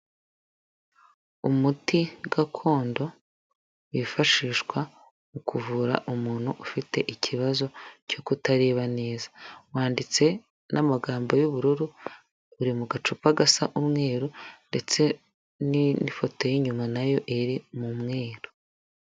Umuti gakondo wifashishwa mu kuvura umuntu ufite ikibazo cyo kutareba neza, wanditse n'amagambo y'ubururu, uri mu gacupa gasa umweru ndetse n'ifoto y'inyuma nayo iri mu mweru.